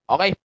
Okay